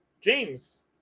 james